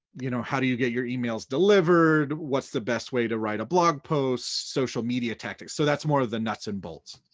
you know how do you get your emails delivered, what's the best way to write a blog post, social media tactics, so that's more of the nuts and bolts.